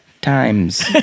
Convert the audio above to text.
times